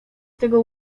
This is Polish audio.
tego